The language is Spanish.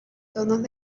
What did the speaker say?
tonos